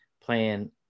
playing